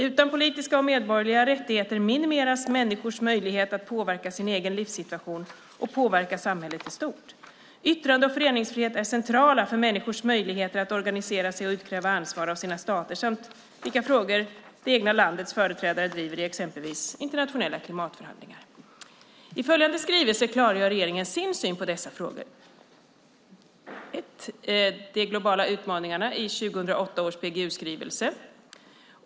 Utan politiska och medborgerliga rättigheter minimeras människors möjlighet att påverka sin egen livssituation och samhället i stort. Yttrande och föreningsfrihet är centrala för människors möjligheter att organisera sig och utkräva ansvar av sina stater samt vilka frågor det egna landets företrädare driver i exempelvis internationella klimatförhandlingar. I följande skrivelser klargör regeringen sin syn på dessa frågor: De globala utmaningarna i 2008 års PGU-skrivelse (skr.